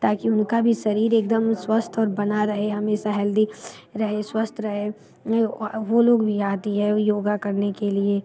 ताकि उनका भी शरीर एक दम स्वस्थ और बना रहे हमेशा हेल्दी रहे स्वस्थ रहे वो लोग भी आती हैं योग करने के लिए